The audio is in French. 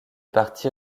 parti